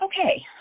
Okay